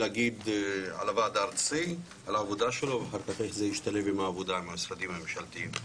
על עבודת הוועד הארצי ואיך היא תשתלב עם עבודת משרדי הממשלה.